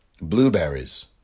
blueberries